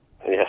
Yes